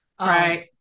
Right